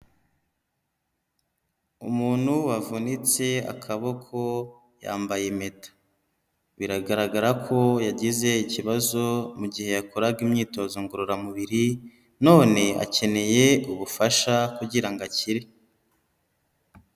Umuntu wavunitse akaboko yambaye impeta, biragaragara ko yagize ikibazo mu gihe yakoraga imyitozo ngororamubiri none akeneye ubufasha kugira ngo akire.